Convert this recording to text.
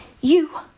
You